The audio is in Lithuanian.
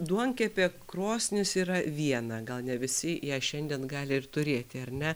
duonkepė krosnis yra viena gal ne visi ją šiandien gali ir turėti ar ne